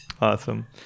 awesome